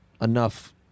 enough